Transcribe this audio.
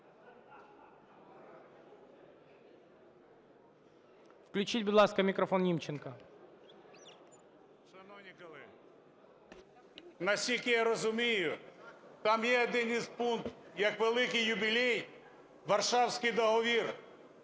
наскільки я розумію, там є один із пунктів, як великий ювілей Варшавський договір